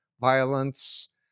violence